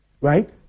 right